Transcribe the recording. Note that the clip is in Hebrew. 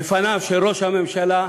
בפניו של ראש הממשלה,